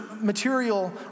material